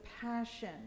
passion